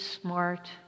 smart